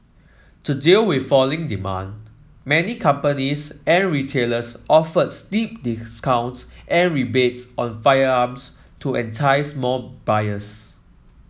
to deal with falling demand many companies and retailers offered steep discounts and rebates on firearms to entice more buyers